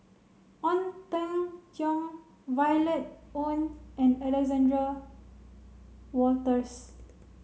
Ong Teng Cheong Violet Oon and Alexander Wolters